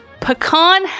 Pecan